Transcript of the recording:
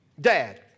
Dad